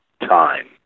time